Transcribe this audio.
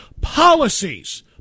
policies